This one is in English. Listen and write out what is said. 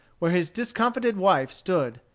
where his discomfited wife stood,